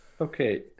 Okay